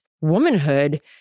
womanhood